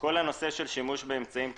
כל הנושא של שימוש באמצעים טכנולוגיים,